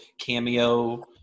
cameo